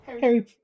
Harry